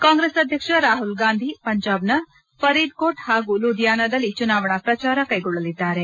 ಕಾಂಗ್ರೆಸ್ ಅಧ್ಯಕ್ಷ ರಾಹುಲ್ಗಾಂಧಿ ಪಂಜಾಬ್ನ ಫರೀದ್ ಕೋಟ್ ಹಾಗೂ ಲೂದಿಯಾನದಲ್ಲಿ ಚುನಾವಣಾ ಪ್ರಚಾರ ಕೈಗೊಳ್ಳಲಿದ್ದಾರೆ